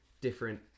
different